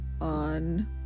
on